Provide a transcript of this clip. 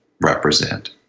represent